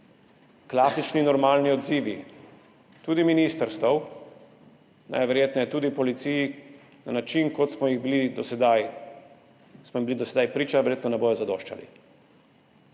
klasični normalni odzivi, tudi ministrstev, najverjetneje tudi policije, na način, kot smo mu bili do sedaj priča, verjetno ne bodo zadoščali.